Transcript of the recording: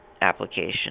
application